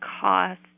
cost